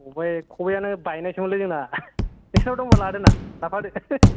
खबाय खबायानो बायनायसोमोनलै जोंना नोंसिनाव दंबा लाफादो